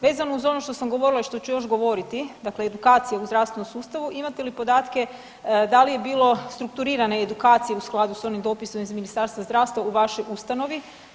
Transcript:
Vezano uz ono što sam govorila i što ću još govoriti dakle edukacija u zdravstvenom sustavu, imate li podatke da li je bilo strukturirane edukacije u skladu s onim dopisom iz Ministarstva zdravstva u vašoj ustanovi?